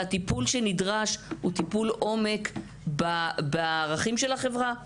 והטיפול שנדרש הוא טיפול עומק בערכים של החברה.